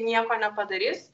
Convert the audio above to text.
nieko nepadarys